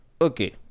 Okay